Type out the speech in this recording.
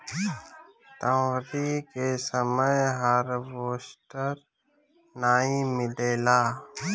दँवरी के समय हार्वेस्टर नाइ मिलेला